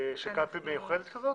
של קלפי מיוחדת כזאת?